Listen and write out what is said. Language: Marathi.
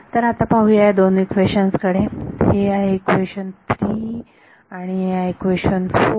तर आता पाहूया या दोन इक्वेशन्स कडे हे आहे इक्वेशन 3 आणि हे इक्वेशन 4